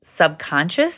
subconscious